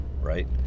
right